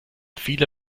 viele